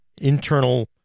internal